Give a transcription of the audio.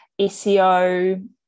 SEO